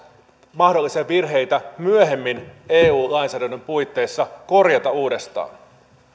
mahdollisia virheitä myöhemmin eu lainsäädännön puitteissa korjata uudestaan